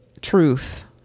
truth